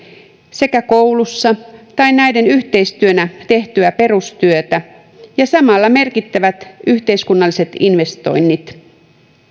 sekä koulussa tai näiden yhteistyönä tehtyä perustyötä ja samalla merkittävät yhteiskunnalliset investoinnit